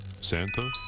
Santa